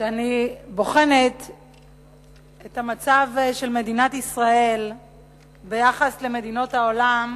כשאני בוחנת את המצב של מדינת ישראל ביחס למדינות העולם,